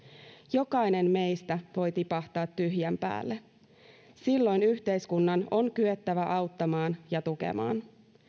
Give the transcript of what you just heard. jokainen meistä voi tipahtaa tyhjän päälle silloin yhteiskunnan on kyettävä auttamaan ja tukemaan